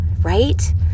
right